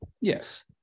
yes